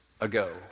ago